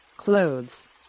Clothes